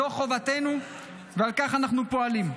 זו חובתנו וכך אנחנו פועלים.